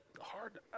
hard